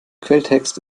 quelltext